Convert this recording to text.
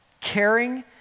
caring